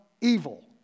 Evil